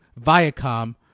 Viacom